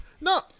No